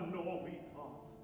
novitas